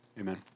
Amen